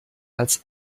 als